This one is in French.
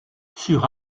sur